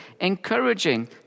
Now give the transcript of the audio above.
encouraging